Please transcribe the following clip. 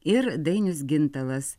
ir dainius gintalas